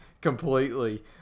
completely